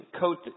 coat